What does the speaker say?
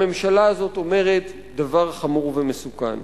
הממשלה הזאת אומרת דבר חמור ומסוכן.